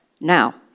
Now